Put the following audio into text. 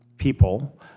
people